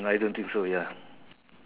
I don't think so ya